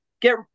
get